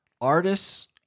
artists